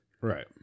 Right